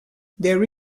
there